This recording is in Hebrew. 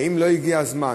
האם לא הגיע הזמן,